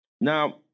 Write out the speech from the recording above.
Now